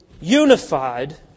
unified